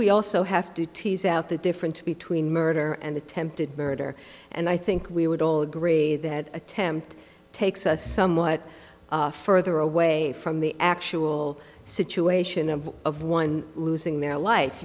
we also have to tease out the difference between murder and attempted murder and i think we would all agree that attempt takes us somewhat further away from the actual situation of of one losing their life